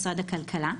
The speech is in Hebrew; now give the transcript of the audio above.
משרד הכלכלה,